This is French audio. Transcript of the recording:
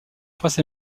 presse